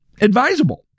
advisable